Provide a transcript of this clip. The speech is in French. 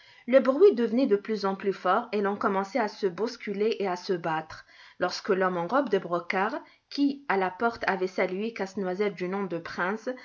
le bruit devenait de plus en plus fort et l'on commençait à se bousculer et à se battre lorsque l'homme en robe de brocart qui à la porte avait salué casse-noisette du nom de prince